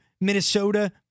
Minnesota